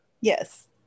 Yes